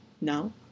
no